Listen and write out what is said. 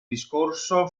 discorso